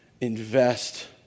invest